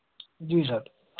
जी sir